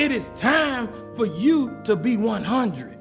it is time for you to be one hundred